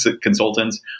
consultants